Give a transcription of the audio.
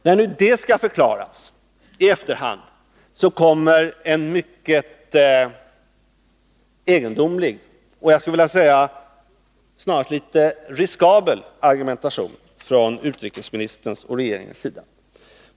När detta i efterhand skall förklaras, för man en mycket egendomlig och enligt min mening nästan litet riskabel argumentation från utrikesministerns och regeringens sida.